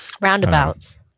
Roundabouts